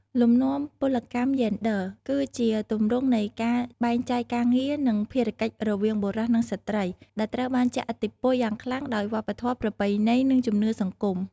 លំនាំពលកម្មយេនឌ័រ គឺជាទម្រង់នៃការបែងចែកការងារ និងភារកិច្ចរវាងបុរស និងស្ត្រី ដែលត្រូវបានជះឥទ្ធិពលយ៉ាងខ្លាំងដោយវប្បធម៌ ប្រពៃណី និងជំនឿសង្គម។